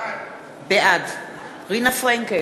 בעד רינה פרנקל,